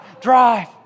drive